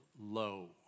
low